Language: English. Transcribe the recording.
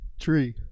Tree